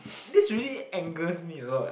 this really angers me a lot